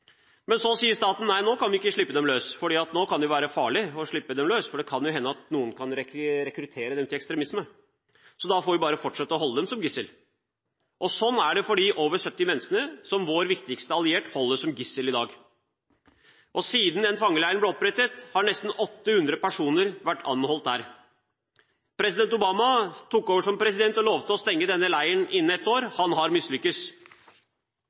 men sa at nei, nå kan vi ikke slippe dem løs, fordi det nå kan være farlig. Det kan jo hende at noen kan rekruttere dem til ekstremisme, så da får vi bare fortsette å holde dem som gisler. Sånn er det for de over 70 menneskene som vår viktigste allierte holder som gisler i dag. Siden denne fangeleiren ble opprettet, har nesten 800 personer vært anholdt der. Da Barack Obama tok over som president, lovet han å stenge denne leiren innen ett år. Han har